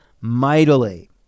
mightily